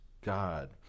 God